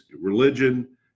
religion